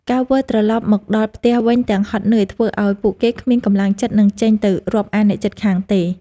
ការវិលត្រលប់មកដល់ផ្ទះវិញទាំងហត់នឿយធ្វើឱ្យពួកគេគ្មានកម្លាំងចិត្តនឹងចេញទៅរាប់អានអ្នកជិតខាងទេ។